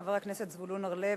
חבר הכנסת זבולון אורלב,